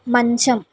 మంచం